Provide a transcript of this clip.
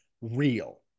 real